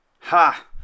Ha